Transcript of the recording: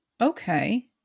Okay